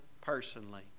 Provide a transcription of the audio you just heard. personally